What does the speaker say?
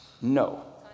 No